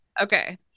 Okay